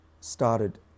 started